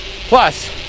Plus